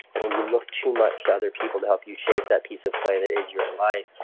and when you look too much to other people to help you shape that piece of clay that is your life,